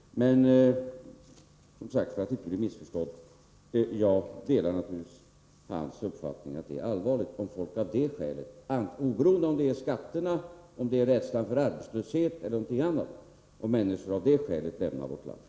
Men för att inte bli missförstådd vill jag framhålla att jag naturligtvis delar uppfattningen att det är allvarligt om folk av dessa skäl — oberoende av om det gäller skatterna eller rädslan för arbetslöshet eller någonting annat — lämnar vårt land.